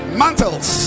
mantles